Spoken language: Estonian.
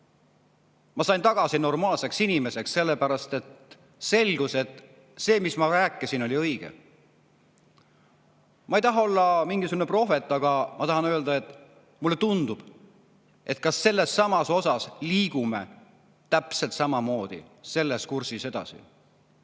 sain ma tagasi normaalseks inimeseks, sellepärast et selgus, et see, mis ma olin rääkinud, oli õige. Ma ei taha olla mingisugune prohvet, aga ma tahan öelda, et mulle tundub, et ka sellesama [teema] puhul me liigume täpselt samamoodi sellel kursil edasi.